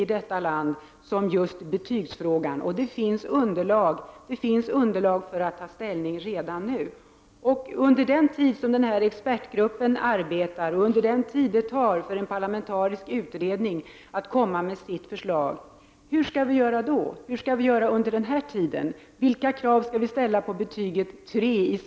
Vi har nu också erfarit att gamla människor tvingas be om socialbidrag för att klara av att betala realisationsvinsten på sin bostadsrättslägenhet. Oavsett vilket system vi får i framtiden när det gäller reavinstbeskattning, måste det systemet i sig innehålla en regel som ger myndigheter möjligheter att fatta förnuftiga beslut.